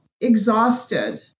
exhausted